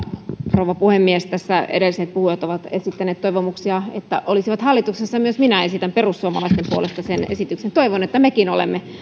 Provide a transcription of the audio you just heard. rouva puhemies tässä edelliset puhujat ovat esittäneet toivomuksia että olisivat hallituksessa myös minä esitän perussuomalaisten puolesta sen esityksen toivon että mekin olemme